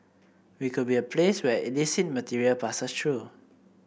we could be a place where illicit material passes through